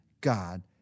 God